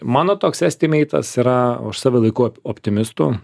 mano toks estimeitas yra aš save laikau optimistu